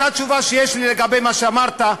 זאת התשובה שיש לי לגבי מה שאמרת.